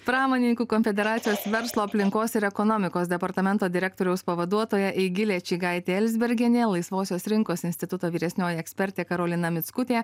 pramonininkų konfederacijos verslo aplinkos ir ekonomikos departamento direktoriaus pavaduotoja eigilė čygaitė elzbergienė laisvosios rinkos instituto vyresnioji ekspertė karolina mickutė